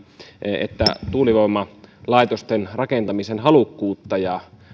että tuulivoimalaitosten rakentamisen halukkuutta ja